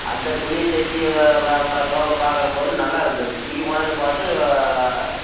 அந்த துணி தைச்சி சோபா பார்க்கறம் போது நல்லா இருந்தது இங்கே கொண்டாந்து பார்த்தா